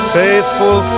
faithful